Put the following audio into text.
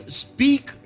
speak